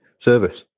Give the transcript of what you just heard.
service